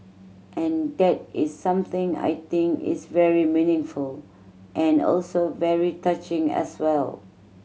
and that is something I think is very meaningful and also very touching as well